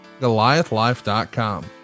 Goliathlife.com